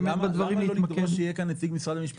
במידה רבה אגב כמו החוק בכנסת הקודמת,